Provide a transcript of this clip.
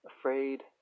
afraid